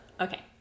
Okay